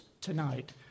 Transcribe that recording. tonight